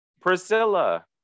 Priscilla